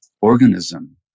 organism